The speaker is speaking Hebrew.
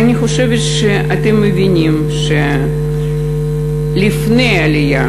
אני חושבת שאתם מבינים שלפני העלייה,